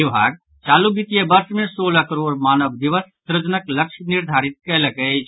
विभाग चालू वित्तीय वर्ष मे सोलह करोड़ मानव दिवस सृजनक लक्ष्य निर्धारित कयलक अछि